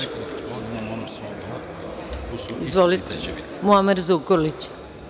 Izvolite, Muamer Zukorlić.